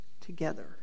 together